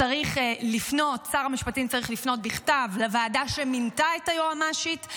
שר המשפטים צריך לפנות בכתב לוועדה שמינתה את היועמ"שית,